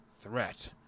Threat